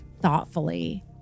thoughtfully